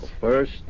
First